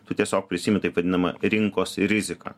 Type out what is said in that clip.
tu tiesiog prisiimi taip vadinamą rinkos riziką